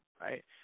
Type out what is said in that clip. Right